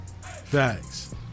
Thanks